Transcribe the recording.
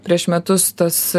prieš metus tas